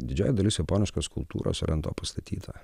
didžioji dalis japoniškos kultūros yra ant to pastatyta